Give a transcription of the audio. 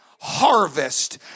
harvest